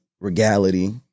regality